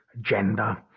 gender